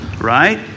Right